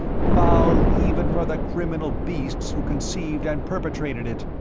foul even for the criminal beasts who conceived and perpetrated it!